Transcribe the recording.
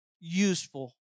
useful